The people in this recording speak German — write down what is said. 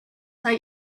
sei